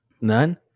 None